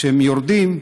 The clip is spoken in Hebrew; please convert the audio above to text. והם יורדים,